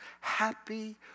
Happy